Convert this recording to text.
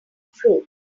fruit